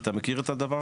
אתה מכיר את הדבר הזה?